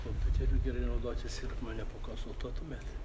kompiuteriu gerai naudotis ir mane pakonsultuotumėt